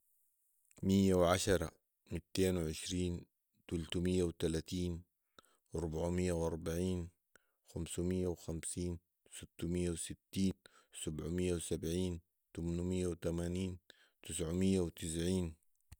ميه وعشره ، متين وعشرين ، تلتميه وتلاتين ، اربعميه واربعين ، خمسميه وخمسين ، ستميه وستين ، سبعميه وسبعين ، تمنميه وتمانين ، تسعميه وتسعين